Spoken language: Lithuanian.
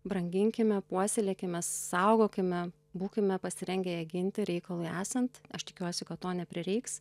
branginkime puoselėkime saugokime būkime pasirengę ją ginti reikalui esant aš tikiuosi kad to neprireiks